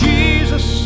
Jesus